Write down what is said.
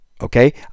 Okay